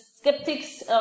skeptics